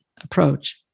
approach